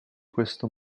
questo